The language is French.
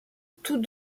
tout